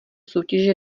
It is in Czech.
soutěže